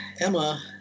Emma